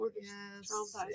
Yes